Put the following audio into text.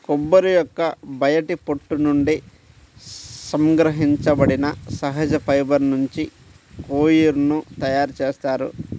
కొబ్బరి యొక్క బయటి పొట్టు నుండి సంగ్రహించబడిన సహజ ఫైబర్ నుంచి కోయిర్ ని తయారు చేస్తారు